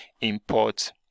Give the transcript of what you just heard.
import